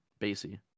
Basie